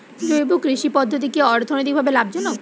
জৈব কৃষি পদ্ধতি কি অর্থনৈতিকভাবে লাভজনক?